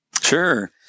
Sure